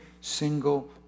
single